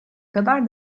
kadar